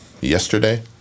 yesterday